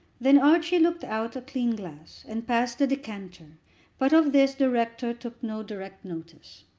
then archie looked out a clean glass and passed the decanter but of this the rector took no direct notice.